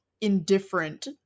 indifferent